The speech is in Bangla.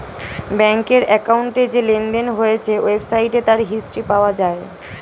ব্যাংকের অ্যাকাউন্টে যে লেনদেন হয়েছে ওয়েবসাইটে তার হিস্ট্রি পাওয়া যায়